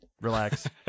relax